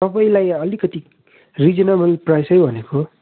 तपाईँलाई अलिति रिजनेबल प्राइसै भनेको